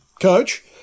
coach